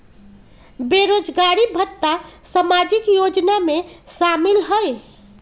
बेरोजगारी भत्ता सामाजिक योजना में शामिल ह ई?